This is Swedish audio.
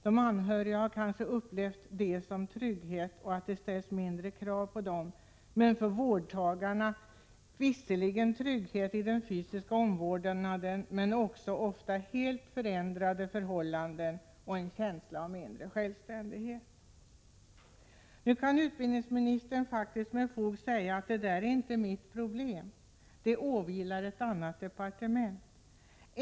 De anhöriga har kanske upplevt det alternativet som en trygghet och tyckt att det ställt mindre krav på dem. Vårdtagarna har visserligen känt trygghet i den fysiska omvårdnaden, men det har ofta också medfört helt förändrade förhållanden och en känsla av mindre självständighet. Utbildningsministern kan faktiskt med fog säga att detta inte är hans problem — ansvaret åvilar annat departement.